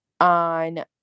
on